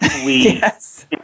Yes